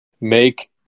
make